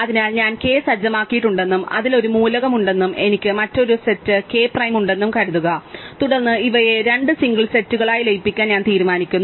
അതിനാൽ ഞാൻ k സജ്ജമാക്കിയിട്ടുണ്ടെന്നും അതിൽ ഒരു മൂലകം ഉണ്ടെന്നും എനിക്ക് മറ്റൊരു സെറ്റ് k പ്രൈം ഉണ്ടെന്നും കരുതുക തുടർന്ന് ഇവയെ രണ്ട് സിംഗിൾ സെറ്റുകളായി ലയിപ്പിക്കാൻ ഞാൻ തീരുമാനിക്കുന്നു